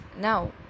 now